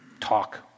talk